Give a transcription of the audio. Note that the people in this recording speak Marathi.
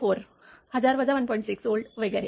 6 व्होल्ट वगैरे